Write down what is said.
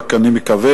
רק אני מקווה,